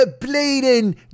bleeding